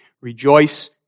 Rejoice